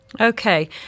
Okay